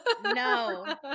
No